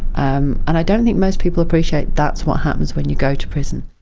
um and i don't think most people appreciate that's what happens when you go to prison.